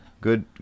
Good